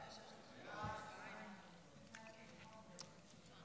ההצעה להעביר את הצעת